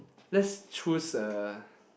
let's choose a